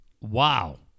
Wow